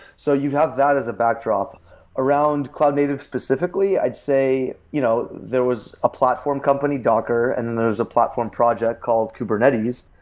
so you have that as a backdrop around cloud native specifically, i'd say you know there was a platform company, docker, and then there's a platform project called kubernetes.